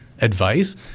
advice